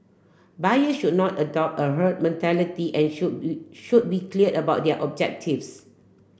buyer should not adopt a herd mentality and should should be clear about their objectives